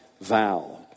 vow